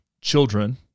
children